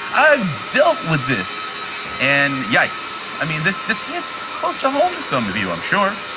i've dealt with this and yikes, i mean this this hits close to home to some of you i'm sure.